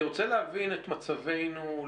אני רוצה להבין את המצב לאשורו,